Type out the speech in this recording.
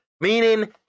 Meaning